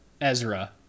Ezra